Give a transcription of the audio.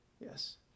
Yes